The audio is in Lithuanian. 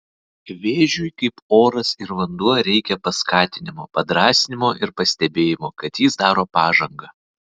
vėžiui kaip oras ir vanduo reikia paskatinimo padrąsinimo ir pastebėjimo kad jis daro pažangą